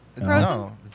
No